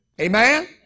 Amen